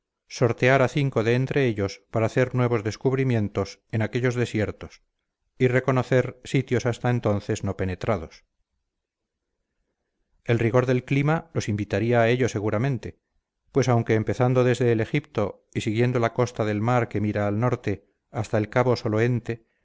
sortear a cinco de entre ellos para hacer nuevos descubrimientos en aquellos desiertos y reconocer sitios hasta entonces no penetrados el rigor del clima los invitaría a ello seguramente pues aunque empezando desde el egipto y siguiendo la costa del mar que mira al norte hasta el cabo